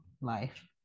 life